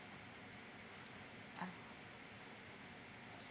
ah